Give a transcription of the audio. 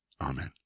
Amen